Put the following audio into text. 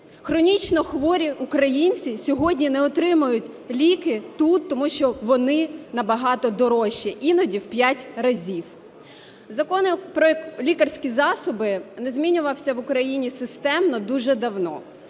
Хронічно хворі українці сьогодні не отримують ліки тут, тому що вони набагато дорожчі, іноді в 5 разів. Закон про лікарські засоби не змінювався в Україні системно дуже давно,